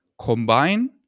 combine